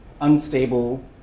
unstable